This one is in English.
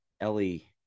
Ellie